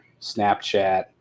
Snapchat